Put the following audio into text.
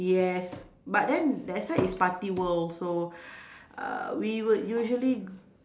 yes but then that side is party world so uh we would usually